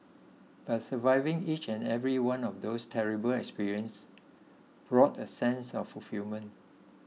but surviving each and every one of those terrible experiences brought a sense of fulfilment